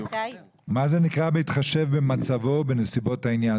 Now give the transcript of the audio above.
מה זה נקרא: "בהתחשב במצבו בנסיבות העניין"?